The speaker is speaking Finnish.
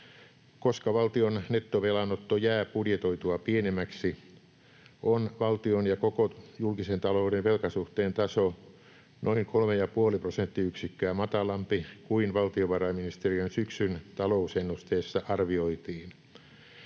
Koska valtion nettovelanotto jää budjetoitua pienemmäksi, on valtion ja koko julkisen talouden velkasuhteen taso noin 3,5 prosenttiyksikköä matalampi kuin valtiovarainministeriön syksyn talousennusteessa arvioitiin.